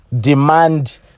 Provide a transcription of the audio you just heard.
demand